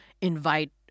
invite